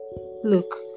Look